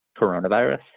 coronavirus